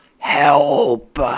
help